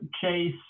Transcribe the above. chase